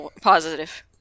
positive